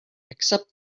except